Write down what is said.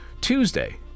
Tuesday